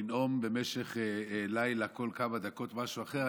לנאום במשך הלילה כל כמה דקות משהו אחר,